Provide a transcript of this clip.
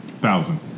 Thousand